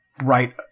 right